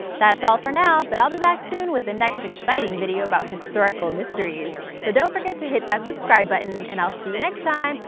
that's all for now, but we'll be back soon with the next exciting video about historical mysteries, so don't forget to hit that subscribe button and i'll see you next time!